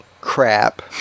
crap